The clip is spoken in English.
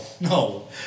no